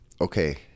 okay